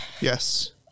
Yes